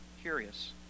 Curious